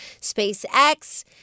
SpaceX